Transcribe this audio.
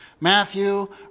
Matthew